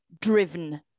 driven